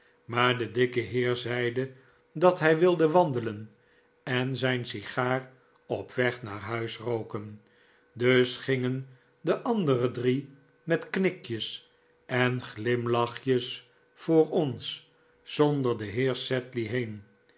maar de dikke heer zeide dat hij wilde wandelen en zijn sigaar op weg naar huis rooken dus gingen de andere drie met knikjes en glimlachjes voor ons zonder den heer sedley heen